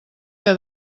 que